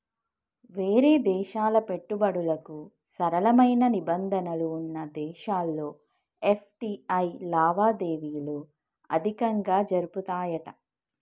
వేరే దేశాల పెట్టుబడులకు సరళమైన నిబంధనలు వున్న దేశాల్లో ఎఫ్.టి.ఐ లావాదేవీలు అధికంగా జరుపుతాయట